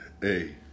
hey